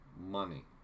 money